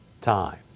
time